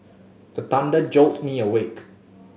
the thunder jolt me awake